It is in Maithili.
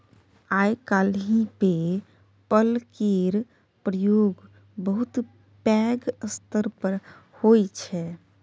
आइ काल्हि पे पल केर प्रयोग बहुत पैघ स्तर पर होइ छै